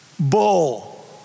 Bull